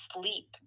sleep